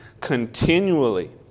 continually